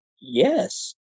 yes